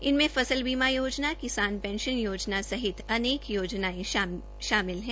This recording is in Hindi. इनमें फसल बीमा योजना किसान पेंशन योजना सहित अनेक योजनायें शामिल है